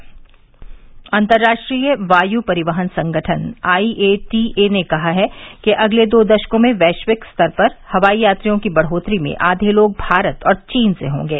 I A T A अंतर्राष्ट्रीय वायु परिवहन संगठन आईएटीए ने कहा है कि अगले दो दशकों में वैश्विक स्तर पर हवाई यात्रियों की बढ़ोतरी में आघे लोग भारत और चीन से होंगे